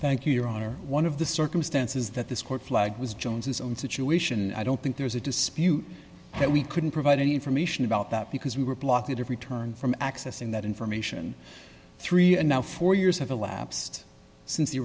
thank you your honor one of the circumstances that this court flagged was jones's own situation and i don't think there's a dispute that we couldn't provide any information about that because we were blocked at every turn from accessing that information three and now four years have elapsed since the